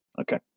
Okay